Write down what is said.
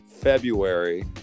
February